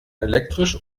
elektrisch